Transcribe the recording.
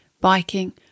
biking